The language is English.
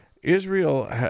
Israel